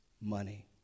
money